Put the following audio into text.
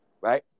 right